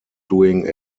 doing